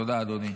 תודה, אדוני.